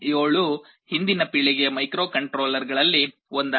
ARM7 ಹಿಂದಿನ ಪೀಳಿಗೆಯ ಮೈಕ್ರೊಕಂಟ್ರೋಲರ್ಗಳಲ್ಲಿ ಒಂದಾಗಿದೆ